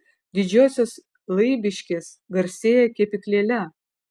didžiosios laibiškės garsėja kepyklėle